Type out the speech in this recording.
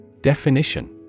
Definition